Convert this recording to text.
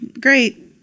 great